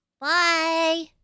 Bye